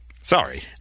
sorry